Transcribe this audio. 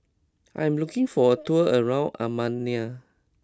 I am looking for a tour around Armenia